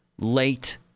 late